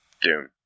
doom